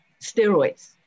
steroids